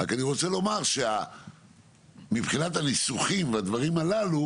רק אני רוצה לומר שמבחינת הניסוחים והדברים הללו